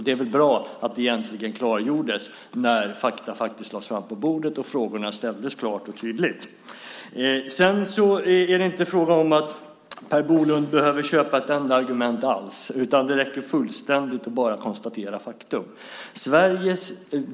Det är bra att detta klargjordes när fakta lades fram på bordet och frågorna ställdes klart och tydligt. Det är inte fråga om att Per Bolund behöver köpa något enda argument alls. Det räcker fullständigt att bara konstatera faktum.